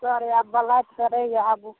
आबू